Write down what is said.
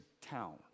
town